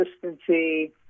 consistency